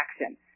action